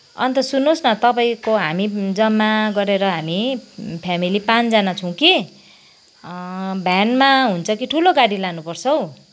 अन्त सुन्नुहोस् न तपाईँको हामी जम्मा गरेर हामी फ्यामेली पाँचजना छौँ कि भ्यानमा हुन्छ कि ठुलो गाडी लानुपर्छ हो